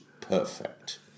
perfect